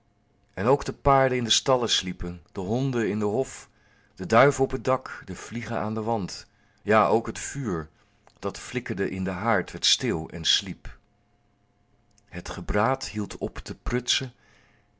ook de paarden in de stallen sliepen de honden in den hof de duiven op het dak de vliegen aan den wand ja ook het vuur dat flikkerde in den haard werd stil en sliep het gebraad hield op te prutsen